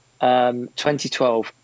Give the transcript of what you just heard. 2012